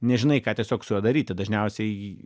nežinai ką tiesiog su juo daryti dažniausiai